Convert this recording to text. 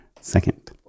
second